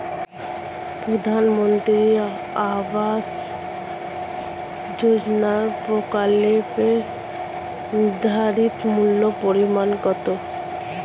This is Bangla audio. প্রধানমন্ত্রী আবাস যোজনার প্রকল্পের নির্ধারিত মূল্যে পরিমাণ কত?